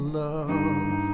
love